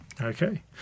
Okay